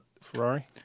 Ferrari